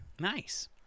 Nice